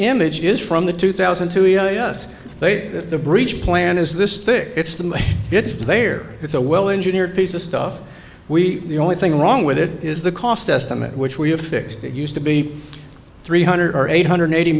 image is from the two thousand and two yes they the bridge plan is this thick it's them it's their it's a well engineered piece of stuff we the only thing wrong with it is the cost estimate which we have fixed it used to be three hundred or eight hundred eighty